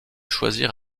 choisir